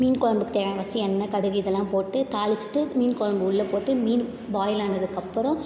மீன் கொழம்புக்கு தேவையான ஃபஸ்ட்டு எண்ணெய் கடுகு இதெல்லாம் போட்டு தாளித்துட்டு மீன் கொழம்பு உள்ள போட்டு மீன் பாயில் ஆனதுக்கப்புறம்